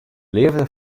leafde